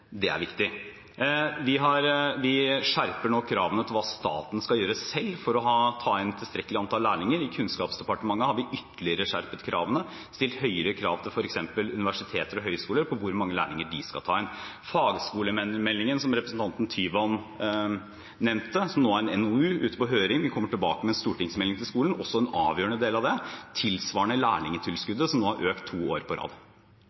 Det er viktig. Vi skjerper nå kravene til hva staten skal gjøre selv for å ta inn tilstrekkelig antall lærlinger. I Kunnskapsdepartementet har vi skjerpet kravene ytterligere; vi har stilt høyere krav til f.eks. universiteter og høyskoler når det gjelder hvor mange lærlinger de skal ta inn. Fagskolemeldingen, som representanten Tyvand nevnte – som nå er en NOU ute på høring; vi kommer tilbake med en stortingsmelding om skolen – er også en avgjørende del av det, og tilsvarende lærlingtilskuddet, som nå har økt to år på rad.